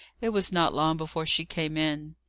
it was not long before she came in.